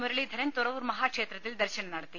മുരളീധരൻ തുറവൂർ മഹാക്ഷേത്രത്തിൽ ദർശനം നടത്തി